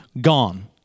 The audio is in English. gone